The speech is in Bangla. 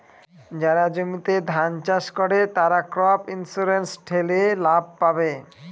যারা জমিতে ধান চাষ করে, তারা ক্রপ ইন্সুরেন্স ঠেলে লাভ পাবে